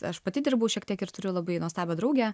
aš pati dirbau šiek tiek ir turiu labai nuostabią draugę